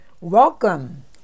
Welcome